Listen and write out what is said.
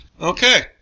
Okay